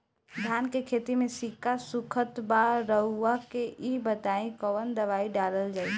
धान के खेती में सिक्का सुखत बा रउआ के ई बताईं कवन दवाइ डालल जाई?